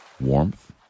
warmth